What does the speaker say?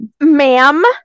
Ma'am